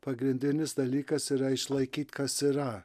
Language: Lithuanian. pagrindinis dalykas yra išlaikyti kas yra